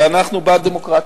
ואנחנו בעד דמוקרטיה.